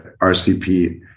RCP